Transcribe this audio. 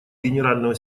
генерального